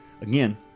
Again